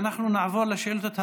אנחנו נעבור לשאילתות הבאות,